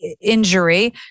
injury